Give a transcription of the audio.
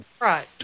Right